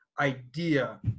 idea